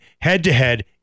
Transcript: head-to-head